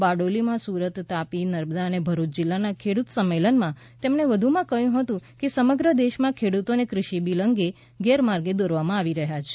બારડોલીમાં સુરત તાપી નર્મદા અને ભરૂચ જીલ્લાના ખેડૂત સંમેલનમાં તેમણે વધુમાં જણાવ્યું હતું કે સમગ્ર દેશમાં ખેડૂતોને કૃષિ બિલ અંગે ગેરમાર્ગે દોરવામાં આવી રહ્યાં છે